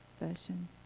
version